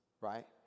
Right